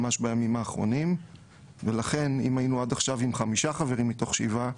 אם היינו עד עכשיו עם חמישה חברים מתוך שבעה,